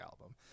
album